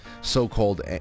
so-called